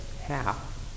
half